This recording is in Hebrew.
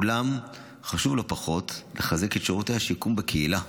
אולם חשוב לא פחות לחזק את שירותי השיקום בקהילה.